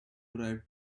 drive